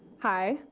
hi,